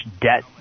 debt